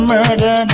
Murder